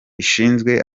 ishinzwe